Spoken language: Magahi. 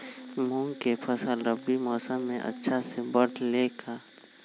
मूंग के फसल रबी मौसम में अच्छा से बढ़ ले का?